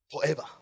Forever